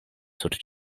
sur